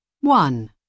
One